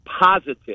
positive